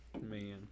Man